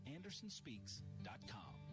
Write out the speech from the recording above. AndersonSpeaks.com